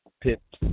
pips